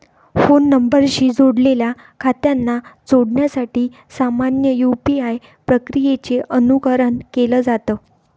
phone नंबरशी जोडलेल्या खात्यांना जोडण्यासाठी सामान्य यू.पी.आय प्रक्रियेचे अनुकरण केलं जात